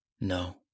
No